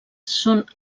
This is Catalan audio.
són